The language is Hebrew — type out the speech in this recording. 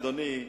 אדוני,